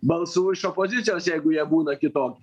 balsų iš opozicijos jeigu jie būna kitoki